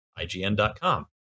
IGN.com